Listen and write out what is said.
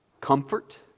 comfort